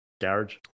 garage